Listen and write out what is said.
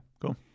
Cool